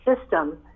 system